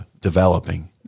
developing